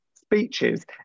speeches